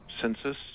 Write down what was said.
census